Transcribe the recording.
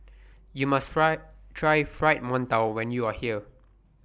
YOU must Try Try Fried mantou when YOU Are here